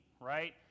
right